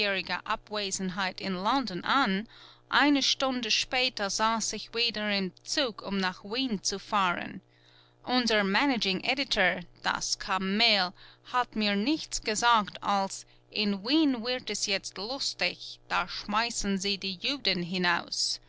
abwesenheit in london an eine stunde später saß ich wieder im zug um nach wien zu fahren unser managing editor das kamel hat mir nichts gesagt als in wien wird es jetzt lustig da schmeißen sie die juden hinaus